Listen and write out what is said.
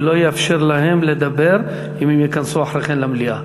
אני לא אאפשר להם לדבר אם הם ייכנסו אחרי כן למליאה.